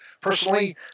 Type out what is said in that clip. Personally